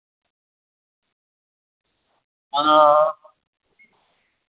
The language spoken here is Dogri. हां